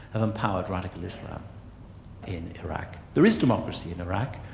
have empowered radical islam in iraq. there is democracy in iraq,